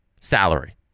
salary